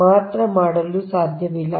ಆದ್ದರಿಂದ ನೀವು ಈ ರೀತಿ Lb Lc ಮಾಡಲು ಸಾಧ್ಯವಾದರೆ